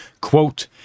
Quote